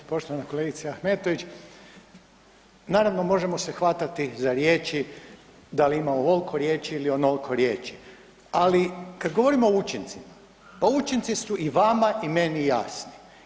Poštovana kolegice Ahmetović, naravno možemo se hvatati za riječi, da li ima ovolko riječi ili onolko riječi, ali kad govorimo o učincima, pa učinci su i vama i meni jasni.